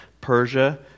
persia